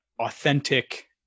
authentic